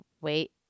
Wait